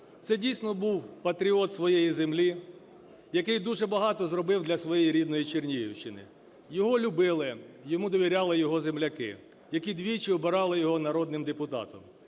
Це дійсно був патріот своєї землі, який дуже багато зробив для своєї рідної Чернігівщини. Його любили, йому довіряли його земляки, які двічі обирали його народним депутатом.